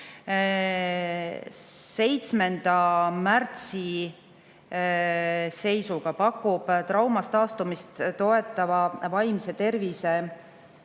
7. märtsi seisuga pakub traumast taastumist toetava vaimse tervise